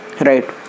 Right